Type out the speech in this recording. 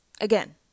again